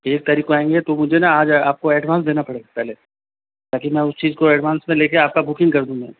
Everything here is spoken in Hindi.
एक तारीख को आएंगे तो मुझे ना आज आपको एडवांस देना पड़ेगा पहले ताकि मैं उस चीज को एडवांस में लेके आपका बुकिंग कर दूं मैं